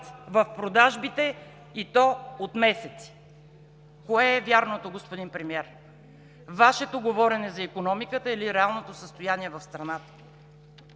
в продажбите, и то от месеци. Кое е вярното, господин Премиер? Вашето говорене за икономиката или реалното състояние в страната?